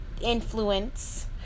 influence